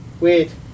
Wait